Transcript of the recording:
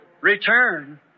Return